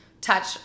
touch